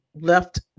left